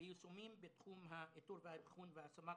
ביישומים בתחום האיתור והאבחון וההשמה,